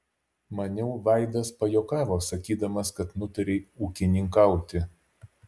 maniau vaidas pajuokavo sakydamas kad nutarei ūkininkauti